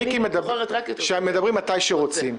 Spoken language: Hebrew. שמדברים מתי שרוצים.